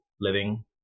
living